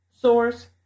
Source